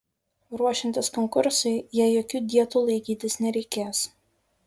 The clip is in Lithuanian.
ruošiantis konkursui jai jokių dietų laikytis nereikės